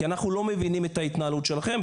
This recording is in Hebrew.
כי אנחנו לא מבינים את ההתנהלות שלכם.